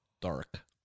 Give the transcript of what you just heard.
dark